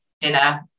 dinner